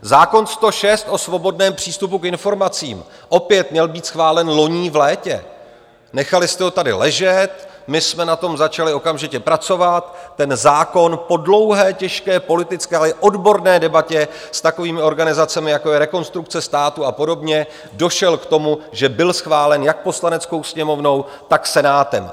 Zákon 106 o svobodném přístupu k informacím opět měl být schválen loni v létě, nechali jste ho tady ležet, my jsme na tom začali okamžitě pracovat ten zákon po dlouhé, těžké politické i odborné debatě s takovými organizacemi, jako je Rekonstrukce státu a podobně, došel k tomu, že byl schválen jak Poslaneckou sněmovnou, tak Senátem.